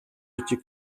бичих